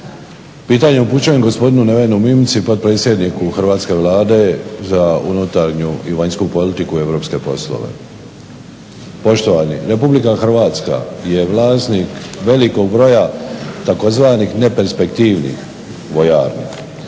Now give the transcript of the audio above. Pitanje upućujem gospodinu Nevenu Mimici potpredsjedniku hrvatske Vlade za unutarnju i vanjsku politiku i europske poslove. Poštovani, Republika Hrvatska je vlasnik velikog broja tzv. neperspektivnih pojava.